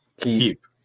Keep